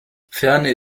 ferner